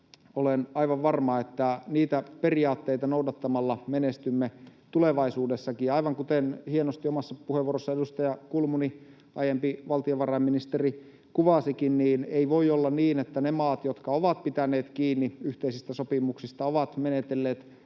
Olen aivan varma, että niitä periaatteita noudattamalla menestymme tulevaisuudessakin. Aivan kuten hienosti omassa puheenvuorossaan edustaja Kulmuni, aiempi valtiovarainministeri, kuvasikin, ei voi olla niin, että ne maat, jotka ovat pitäneet kiinni yhteisistä sopimuksista, ovat menetelleet